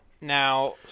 Now